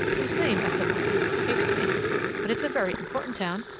whose name at the moment escapes me but it's a very important town.